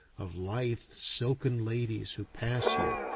of lithe silken ladies who pass you,